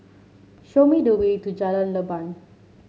show me the way to Jalan Leban